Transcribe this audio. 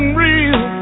real